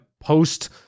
post